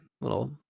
little